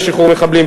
לשחרור מחבלים.